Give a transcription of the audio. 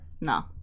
no